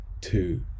two